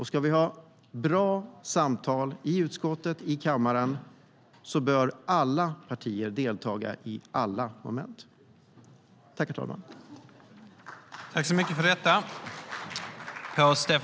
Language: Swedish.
Ska vi ha bra samtal i utskottet och i kammaren bör alla partier delta i alla moment.I detta anförande instämde Carina Herrstedt och Robert Stenkvist .